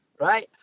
right